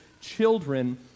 children